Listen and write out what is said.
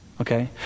Okay